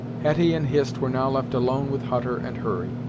hetty and hist were now left alone with hutter and hurry,